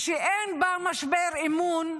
ושאין בה משבר אמון,